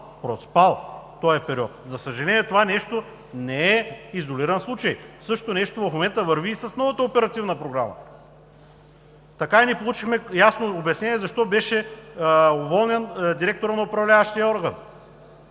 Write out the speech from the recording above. проспал този период. За съжаление, това нещо не е изолиран случай. Същото нещо в момента върви и с новата Оперативна програма. Така и не получихме ясно обяснение защо беше уволнен директорът на управляващия орган